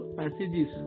passages